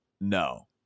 no